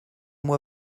moi